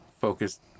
focused